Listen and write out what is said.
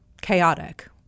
chaotic